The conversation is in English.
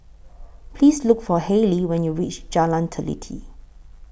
Please Look For Hailey when YOU REACH Jalan Teliti